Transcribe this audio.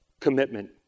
commitment